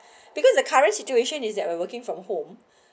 because the current situation is that we're working from home